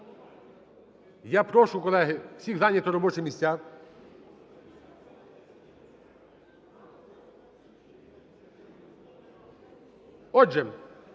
я прошу, колеги, всіх зайняти робочі місця. Отже,